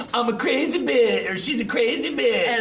um a crazy bit, or she's a crazy bitch!